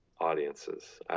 audiences